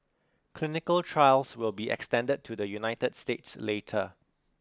clinical trials will be extended to the United States later